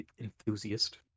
enthusiast